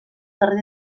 carrer